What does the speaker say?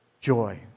joy